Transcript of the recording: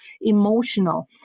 emotional